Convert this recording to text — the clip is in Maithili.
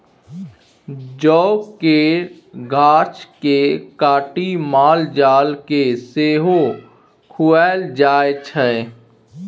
जौ केर गाछ केँ काटि माल जाल केँ सेहो खुआएल जाइ छै